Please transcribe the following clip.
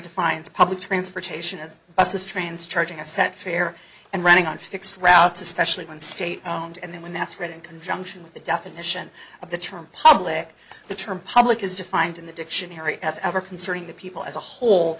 defines public transportation as buses trains charging a set fare and running on fixed routes especially one state owned and then when that's read in conjunction with the definition of the term public the term public is defined in the dictionary as ever concerning the people as a whole